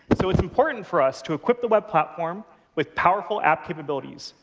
so it's important for us to equip the web platform with powerful app capabilities,